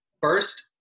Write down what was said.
First